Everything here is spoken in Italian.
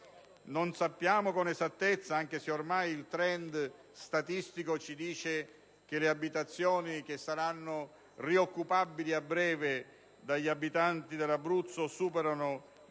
conosciamo con esattezza, anche se ormai il *trend* statistico ci dice che le abitazioni che saranno rioccupabili a breve dagli abitanti dell'Abruzzo superano di